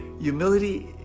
Humility